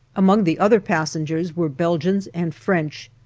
among the other passengers were belgians and french,